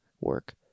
work